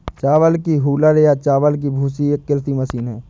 चावल की हूलर या चावल की भूसी एक कृषि मशीन है